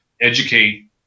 educate